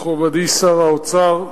מכובדי שר האוצר,